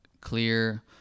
clear